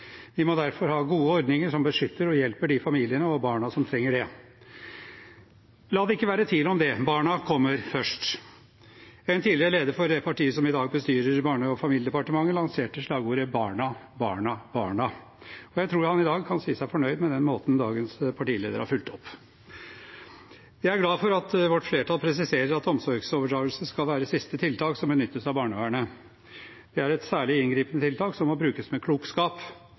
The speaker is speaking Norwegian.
Vi må derfor ha gode ordninger som beskytter og hjelper de familiene og barna som trenger det. La det ikke være tvil om det: Barna kommer først. En tidligere leder for det partiet som i dag bestyrer Barne- og familiedepartementet, lanserte slagordet: Barna, barna, barna! Jeg tror han i dag kan si seg fornøyd med den måten dagens partileder har fulgt det opp på. Jeg er glad for at vårt flertall presiserer at omsorgsovertakelse skal være siste tiltak som benyttes av barnevernet. Det er et særlig inngripende tiltak som må brukes med klokskap.